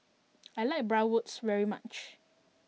I like Bratwurst very much